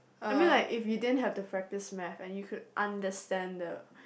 I mean like if we didn't have to practice Math and you could understand the